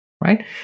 right